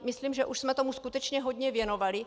Myslím, že jsme tomu skutečně hodně věnovali.